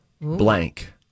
blank